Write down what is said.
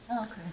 Okay